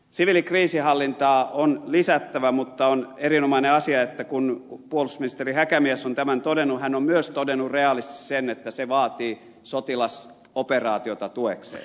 siviilikriisinhallintaa on lisättävä mutta on erinomainen asia että kun puolustusministeri häkämies on tämän todennut hän on myös todennut realistisesti sen että se vaatii sotilasoperaatiota tuekseen